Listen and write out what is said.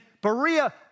Berea